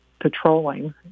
patrolling